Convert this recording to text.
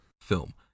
film